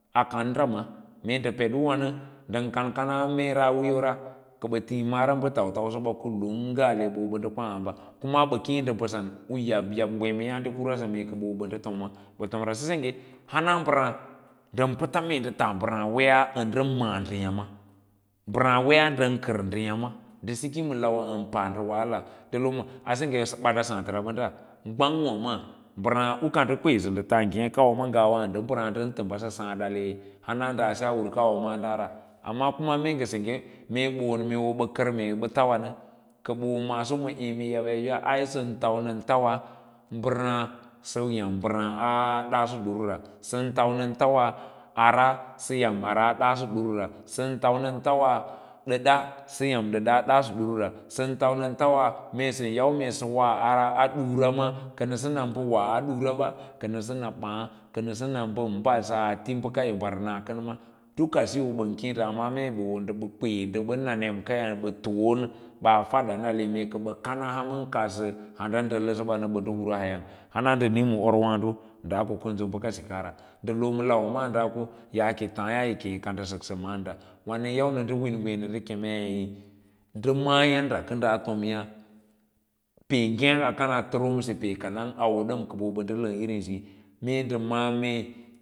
Akanda ma mee nda ped uwa na ndann kankanaa meera wiiyo ra kaba thio mara tautausara ra ale wo ban da kwa hamba kulunga ala wo ban dan kwa hamba kee mbasan in yab yba ngree yade kao sa mee kaba wo wo ban da fomwa ba tomra sa sengga wo ban da tomwa batomra sa engge hana mbaraa nda pata mee ka taa han wee ya a nda maa nda yama mbaara neeya nda kar nda yama nda siki malawa an panda wahala a sengge bada saa tara bada gwanhiwa maa mbaraa u ka nda nda mbaraa ndan tambasa saad adda weewa amma dase a urkawa maadara kuma mee sengge mee bawon mee wo ba kar mee aba tauwa na bawo ma eme yab yabya an tau nan tawa mbaraa sa yam mbara a daaso duru ra san tanan tawa sa yam mbaraa daaso duru ra sa taunanan tawa dada sa yam dada a daaso suru ra san taunan tawa mee san yau mee sa wa har a dura ma kana n amba wa dura ba na s ana baa kanas ana ba ban bada ati bakayi mbar nakan wa dukan da nda kwe nda na ne ma kay. Toon baa fada ale mee baka kadaa ba hurau ndan kaya hana nda nii ma rwaado daa ko kanso baka sikaa ra loo ma lawa maa da ko nga yaake taaye mee ka nda saksa maanda wa na yau nan da win ngwee nan da keme nda maa yadda ka daa tomya pee ngek a kanaa taroomgekaya oee a wo baa nda laa